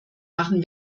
machen